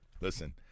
Listen